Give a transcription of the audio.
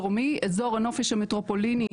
אזור הנופש המטרופוליני,